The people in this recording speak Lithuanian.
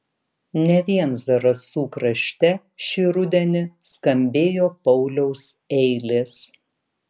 ne vien zarasų krašte šį rudenį skambėjo pauliaus eilės